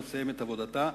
שלא תסיים את עבודתה,